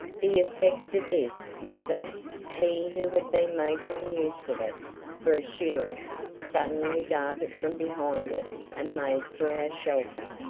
the effect of this was that he who had been making use of it for a shield suddenly darted from behind it and made for our shelter.